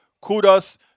kudos